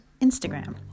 Instagram